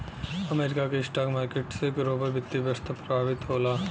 America के stock market से global वित्तीय व्यवस्था प्रभावित होला